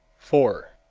four.